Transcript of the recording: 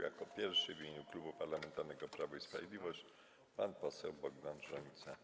Jako pierwszy w imieniu Klubu Parlamentarnego Prawo i Sprawiedliwość pan poseł Bogdan Rzońca.